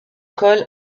col